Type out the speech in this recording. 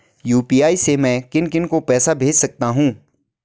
UPI से मैं किन किन को पैसे भेज सकता हूँ?